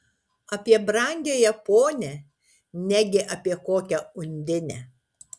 apie brangiąją ponią negi apie kokią undinę